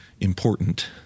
important